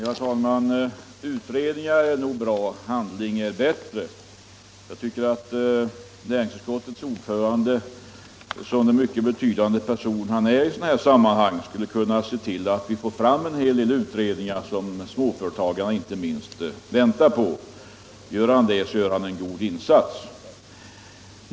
Herr talman! Utredningar är nog bra, handling är bättre. Jag tycker att näringsutskottets ordförande, som den mycket betydande person han är i sådana här sammanhang, skulle kunna se till att vi får fram en del utredningar som inte minst småföretagarna väntar på. Gör han det, så gör han en god insats.